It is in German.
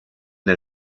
der